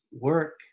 work